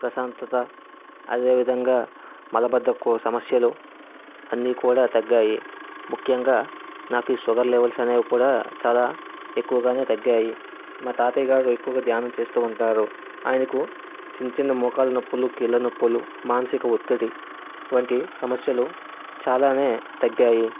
ప్రశాంతత అదే విధంగా మలబద్దకం సమస్యలు అన్నీ కూడా తగ్గాయి ముఖ్యంగా నాకు ఈ షుగర్ లెవెల్స్ అనేవి కూడా చాలా ఎక్కువగానే తగ్గాయి మా తాతయ్యగారు ఎక్కువగా ధ్యానం చేస్తూ ఉంటారు ఆయనకు చిన్న చిన్న మోకాళ్ళ నొప్పులు కీళ్ళ నొప్పులు మానసిక ఒత్తిడి వంటి సమస్యలు చాలానే తగ్గాయి